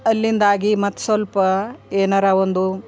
ಅಲ್ಲಿಂದಾಗಿ ಮತ್ತು ಸ್ವಲ್ಪ ಏನಾರ ಒಂದು